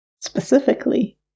specifically